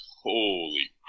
holy